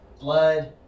blood